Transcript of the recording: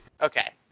Okay